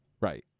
Right